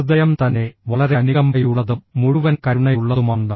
ഹൃദയം തന്നെ വളരെ അനുകമ്പയുള്ളതും മുഴുവൻ കരുണയുള്ളതുമാണ്